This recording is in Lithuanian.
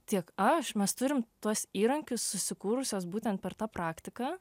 tiek aš mes turim tuos įrankius susikūrusios būtent per tą praktiką